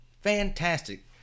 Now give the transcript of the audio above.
fantastic